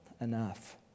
enough